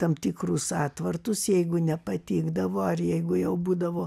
tam tikrus atvartus jeigu nepatikdavo ar jeigu jau būdavo